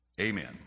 Amen